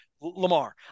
Lamar